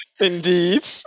indeed